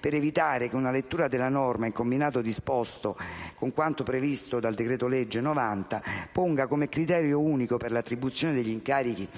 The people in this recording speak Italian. per evitare che una lettura della norma in combinato disposto con quanto previsto dal decreto‑legge n. 90, ponga come criterio unico per l'attribuzione degli incarichi